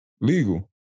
legal